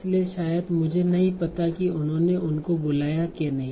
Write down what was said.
इसलिए शायद मुझे नहीं पता कि उन्होंने उनको बुलाया के नहीं